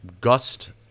gust